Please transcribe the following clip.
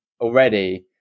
already